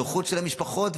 לנוחות של המשפחות,